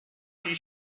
did